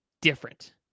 different